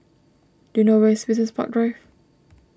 do you know where is Business Park Drive